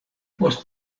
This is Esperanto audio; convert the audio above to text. post